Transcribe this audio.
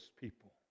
people